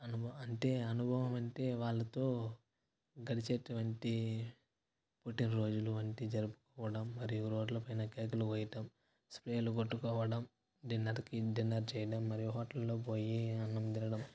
అనుభవ అంటే అనుభవం అంటే వాళ్లతో గడిచేటువంటి పుట్టినరోజులు వంటి జరుపుకోవడం మరియు రోడ్ల పైన కేకులు కోయటం స్ప్రేలు కొట్టుకోవడం డిన్నర్కి డిన్నర్ చేయడం మరియు హోటల్లో పోయి అన్నం తినడం